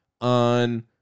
on